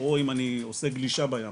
או אם אני עושה גלישה בים,